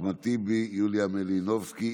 אחמד טיבי, יוליה מלינובסקי.